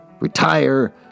retire